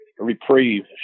Reprieve